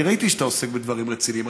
אני ראיתי שאתה עוסק בדברים רציניים,